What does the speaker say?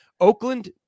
Oakland